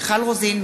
מיכל רוזין,